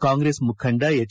ಕಾಂಗ್ರೆಸ್ ಮುಖಂದ ಎಚ್